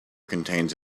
contains